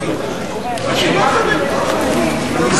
אז יש לך מגבלה של גיל,